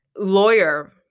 lawyer